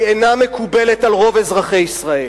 אינה מקובלת על רוב אזרחי ישראל,